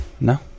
no